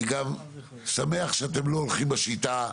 אני גם שמח שאתם לא הולכים בשיטה.